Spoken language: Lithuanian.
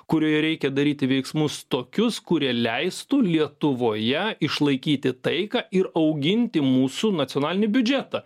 kurioje reikia daryti veiksmus tokius kurie leistų lietuvoje išlaikyti taiką ir auginti mūsų nacionalinį biudžetą